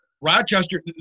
Rochester